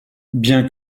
bien